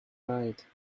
right